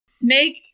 make